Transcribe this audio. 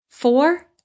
Four